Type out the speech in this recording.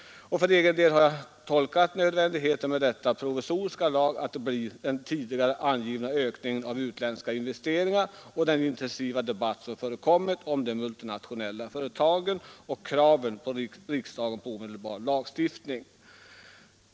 För egen del har jag tolkat nödvändigheten av en provisorisk lag som ett resultat av den tidigare angivna ökningen av utländska investeringar, den intensiva debatt som förekommit om de multinationella företagen och kravet från riksdagen om omedelbar lagstiftning.